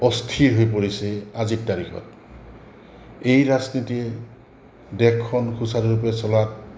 অস্থিৰ হৈ পৰিছে আজিৰ তাৰিখত এই ৰাজনীতিয়ে দেশখন সুচাৰুৰূপে চলাত